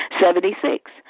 Seventy-six